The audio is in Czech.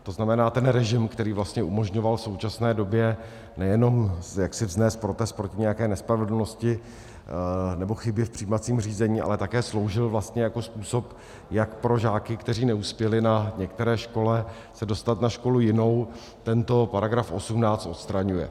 To znamená ten režim, který vlastně umožňoval v současné době nejenom jaksi vznést protest proti nějaké nespravedlnosti nebo chybě v přijímacím řízení, ale také sloužil vlastně jako způsob jak pro žáky, kteří neuspěli na některé škole, se dostat na školu jinou, tento § 18 odstraňuje.